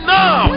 now